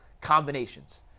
combinations